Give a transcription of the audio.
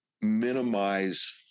minimize